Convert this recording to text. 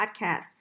Podcast